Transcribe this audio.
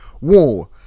War